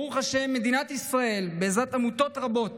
ברוך השם, בעזרת עמותות רבות